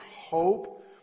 hope